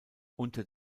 unter